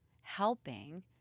helping